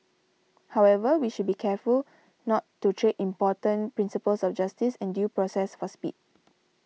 however we should be careful not to trade important principles of justice and due process for speed